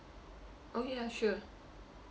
okay ya sure